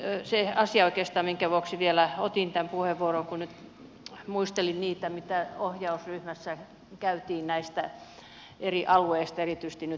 se asia oikeastaan minkä vuoksi otin tämän puheenvuoron on se kun nyt muistelin niitä mitä ohjausryhmässä käytiin näistä eri alueista erityisesti nyt metropolin ja uudenmaan